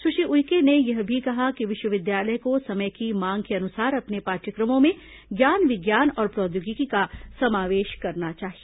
सुश्री उइके ने यह भी कहा कि विश्वविद्यालय को समय की मांग के अनुसार अपने पाठ्यक्रमों में ज्ञान विज्ञान और प्रौद्योगिकी का समावेश करना चाहिए